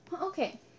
Okay